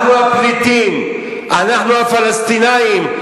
מזמין את הנסיגות האלה ואת הפחדנות הזאת.